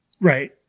Right